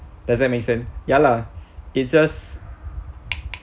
doesn't make sense ya lah it's just